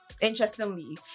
interestingly